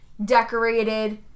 Decorated